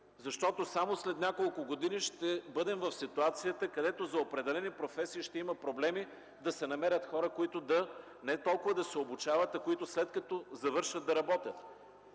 защото само след няколко години ще бъдем в ситуацията, където за определени професии ще има проблеми да се намерят хора, които не толкова да се обучават, а които след като завършат – да работят.